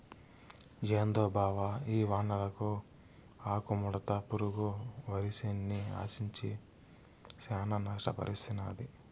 ఏందో బావ ఈ వానలకు ఆకుముడత పురుగు వరిసేన్ని ఆశించి శానా నష్టపర్సినాది